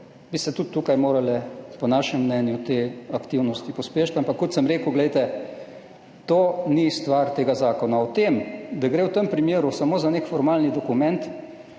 bi se tudi tukaj morale po našem mnenju te aktivnosti pospešiti, ampak, kot sem rekel, to ni stvar tega zakona. O tem, da gre v tem primeru samo za nek formalni dokument,